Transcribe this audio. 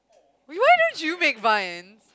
why don't you make vine